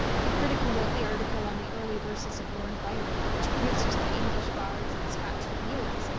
the critic who wrote the article on the early verses of lord byron, which produced the english bards and scotch reviewers,